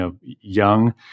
young